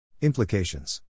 Implications